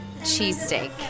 cheesesteak